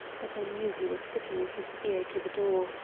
but i knew he was sitting with his ear to the door,